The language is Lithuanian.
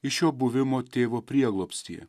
iš jo buvimo tėvo prieglobstyje